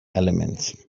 elements